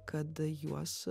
kad juos